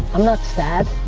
i'm not sad.